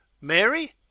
Mary